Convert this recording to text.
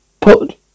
put